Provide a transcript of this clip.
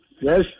yes